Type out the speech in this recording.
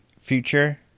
future